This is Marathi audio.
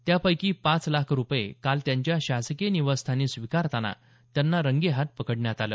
त्यापैकी पाच लाख रुपये काल त्यांच्या शासकीय निवासस्थानी स्वीकारताना त्यांना रंगेहात पकडण्यात आलं